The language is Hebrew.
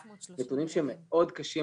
אלה נתונים שהם מאוד קשים,